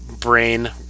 Brain